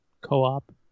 co-op